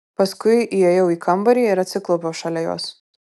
paskui įėjau į kambarį ir atsiklaupiau šalia jos